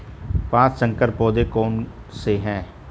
पाँच संकर पौधे कौन से हैं?